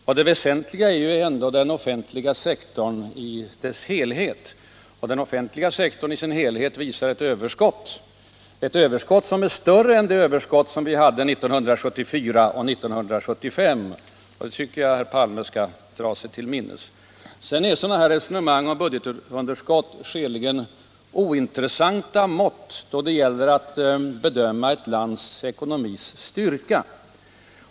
Och det för vår ekonomiska balans väsentligaste är ju ändå den offentliga sektorn i sin helhet. Den visar ett större överskott än det vi hade 1974 och 1975. Det tycker jag att herr Palme skall dra sig till minnes. Sådana här resonemang om budgetunderskott är skäligen ointressanta då det gäller att bedöma styrkan av ett lands ekonomi.